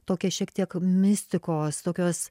tokia šiek tiek mistikos tokios